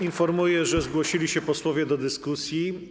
Informuję, że zgłosili się posłowie do dyskusji.